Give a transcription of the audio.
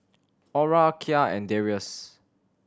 Aura Kya and Darrius